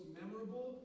memorable